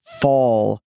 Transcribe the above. fall